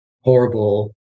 horrible